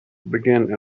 begin